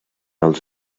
els